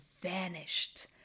vanished